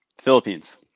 Philippines